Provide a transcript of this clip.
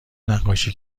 نقاشی